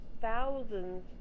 thousands